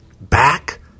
back